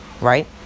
right